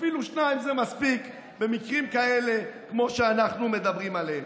אפילו שניים זה מספיק במקרים כאלה כמו שאנחנו מדברים עליהם.